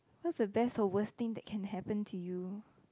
what's the best or worsting that can happened to you